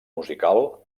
musical